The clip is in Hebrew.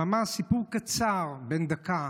סיפור קצר, בן דקה,